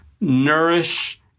nourish